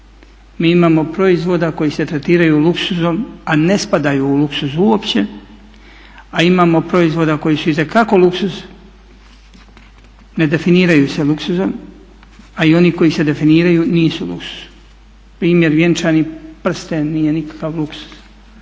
Mi imamo proizvoda koji se tretiraju luksuzom, a ne spadaju u luksuz uopće, a imamo proizvoda koji su itekako luksuz ne definiraju se luksuzom, a i oni koji se definiraju nisu luksuz. Primjer vjenčani prsten nije nikakav luksuz